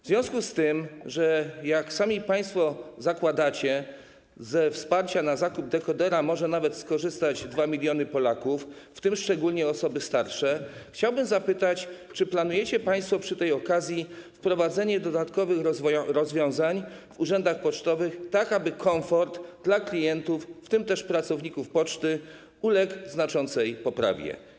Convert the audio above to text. W związku z tym, że - jak sami państwo zakładacie - ze wsparcia na zakup dekodera może skorzystać nawet 2 mln Polaków, w tym szczególnie osoby starsze, chciałbym zapytać, czy planujecie państwo przy tej okazji wprowadzenie dodatkowych rozwiązań w urzędach pocztowych, tak aby komfort dla klientów, a także dla pracowników poczty uległ znaczącej poprawie.